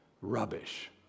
rubbish